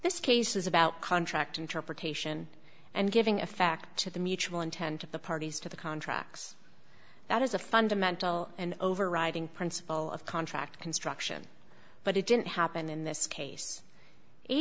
this case is about contract interpretation and giving effect to the mutual intent of the parties to the contracts that is a fundamental and overriding principle of contract construction but it didn't happen in this case a